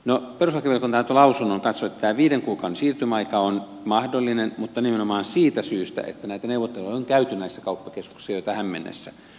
no perustuslakivaliokunta antoi lausunnon katsoi että tämä viiden kuukauden siirtymäaika on mahdollinen mutta nimenomaan siitä syystä että näitä neuvotteluja on käyty näissä kauppakeskuksissa jo tähän mennessä